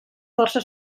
força